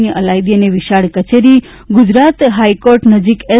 ની અલાયદી અને વિશાળ કચેરી ગુજરાત હાઇકોર્ટ નજીક એસ